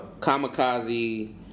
Kamikaze